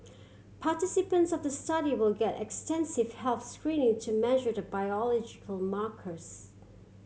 participants of the study will get extensive health screening to measure the biological markers